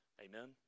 Amen